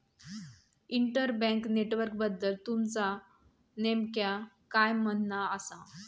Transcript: inter bank नेटवर्कबद्दल तुमचा नेमक्या काय म्हणना आसा